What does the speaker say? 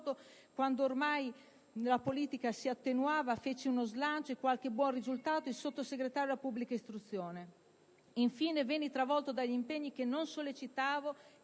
Grazie,